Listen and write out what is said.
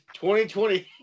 2020